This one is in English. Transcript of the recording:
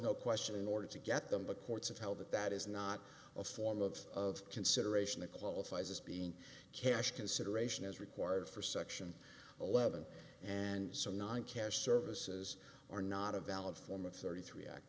no question in order to get them the courts and how that that is not a form of consideration that qualifies as being cash consideration is required for section eleven and so non cash services are not a valid form of thirty three act